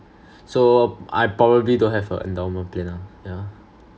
so I probably don't have a endowment plan ah yeah